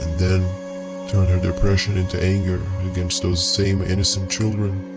then turned her depression into anger against those same innocent children.